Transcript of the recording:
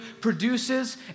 produces